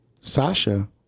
Sasha